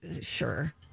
Sure